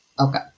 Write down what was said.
Okay